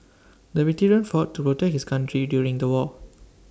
the veteran fought to protect his country during the war